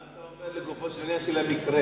מה אתה אומר לגופו של עניין, של המקרה?